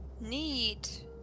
Neat